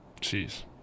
Jeez